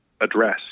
address